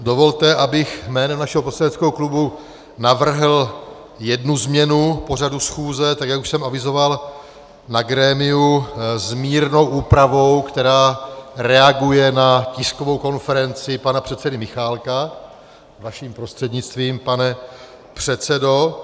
Dovolte, abych jménem našeho poslaneckého klubu navrhl jednu změnu k pořadu schůze, tak jak už jsem avizoval na grémiu, s mírnou úpravou, která reaguje na tiskovou konferenci pana předsedy Michálka, vaším prostřednictvím, pane předsedo.